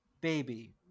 baby